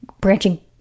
branching